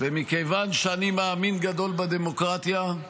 ומכיוון שאני מאמין גדול בדמוקרטיה,